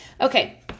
Okay